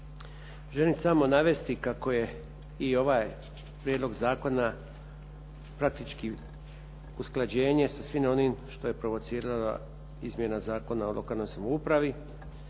želim samo navesti kako je i ovaj prijedlog zakona praktički usklađenje sa svim onim što je provocirala izmjena Zakona o lokalnoj samoupravu